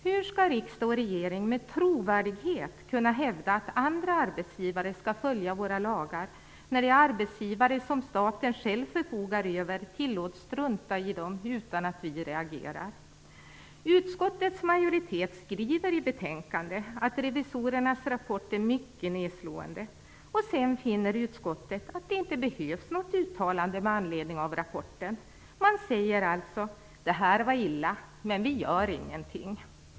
Hur skall riksdag och regering med trovärdighet kunna hävda att andra arbetsgivare skall följa våra lagar, när de arbetsgivare som staten själv förfogar över tillåts strunta i lagarna utan att vi reagerar? Utskottets majoritet skriver i betänkandet att revisorernas rapport är mycket nedslående. Sedan finner utskottet att det inte behövs något uttalande med anledning av rapporten. Man säger alltså: Det här var illa, men vi gör ingenting.